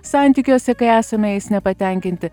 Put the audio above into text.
santykiuose kai esame jais nepatenkinti